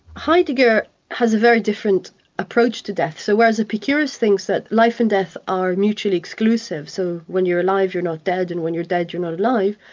heidegger has a very different approach to death so whereas epicurus thinks that life and death are a mutual exclusive, so when you're alive you're not dead, and when you're dead you're not alive,